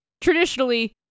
traditionally